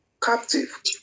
captive